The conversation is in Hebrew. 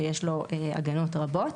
שיש לו הגנות רבות,